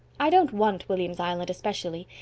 i don't want william's island especially,